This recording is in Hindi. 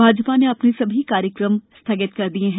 भाजपा ने अपने सभी कार्यक्रम स्थगित कर दिए है